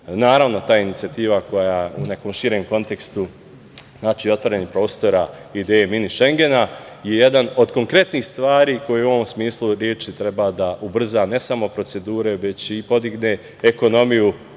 BiH.Naravno, ta inicijativa koja u nekom širem kontekstu znači otvaranje prostora ideje mini Šengena je jedan od konkretnih stvari koje u ovom smislu od reči treba da ubrza ne samo procedure već i podigne ekonomiju